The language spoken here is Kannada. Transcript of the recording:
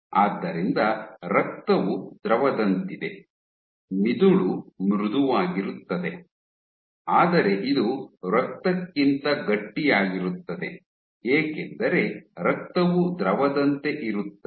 ಆದ್ದರಿಂದ ರಕ್ತವು ದ್ರವದಂತಿದೆ ಮಿದುಳು ಮೃದುವಾಗಿರುತ್ತದೆ ಆದರೆ ಇದು ರಕ್ತಕ್ಕಿಂತ ಗಟ್ಟಿಯಾಗಿರುತ್ತದೆ ಏಕೆಂದರೆ ರಕ್ತವು ದ್ರವದಂತೆ ಇರುತ್ತದೆ